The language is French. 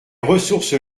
ressources